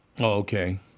okay